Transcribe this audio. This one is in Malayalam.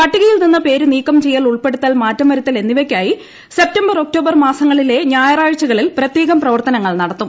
പട്ടികയിൽ നിന്ന് പേര് നീക്കം ചെയ്യൽ ഉൾപ്പെടുത്തൽ മാറ്റം വരുത്തൽ എന്നിവയ്ക്കായി സെപ്റ്റംബർ ഒക്ടോബർ മാസങ്ങളിലെ ഞായറാഴ്ചകളിൽ പ്രത്യേക പ്രവർത്തനങ്ങൾ നടത്തും